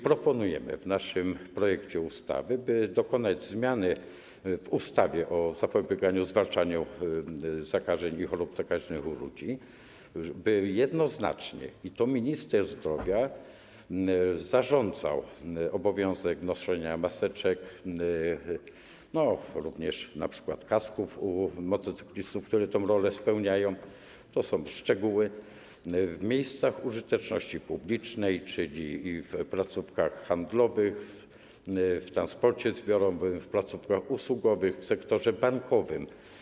Proponujemy w naszym projekcie ustawy, by dokonać zmiany w ustawie o zapobieganiu oraz zwalczaniu zakażeń i chorób zakaźnych u ludzi, by jednoznacznie minister zdrowia zarządzał obowiązek noszenia maseczek, również np. kasków w przypadku motocyklistów, które tę rolę spełniają - to są szczegóły - w miejscach użyteczności publicznej, czyli w placówkach handlowych, w transporcie zbiorowym, w placówkach usługowych, w sektorze bankowym.